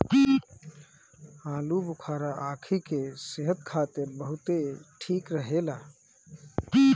आलूबुखारा आंखी के सेहत खातिर बहुते ठीक रहेला